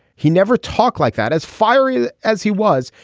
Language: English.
he never talk like that as fiery as he was.